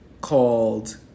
called